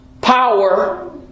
power